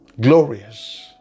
Glorious